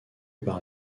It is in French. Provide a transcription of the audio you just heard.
par